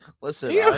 Listen